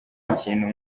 ikintu